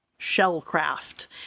shellcraft